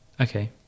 okay